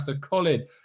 Colin